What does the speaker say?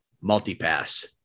multi-pass